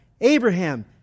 Abraham